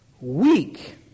Weak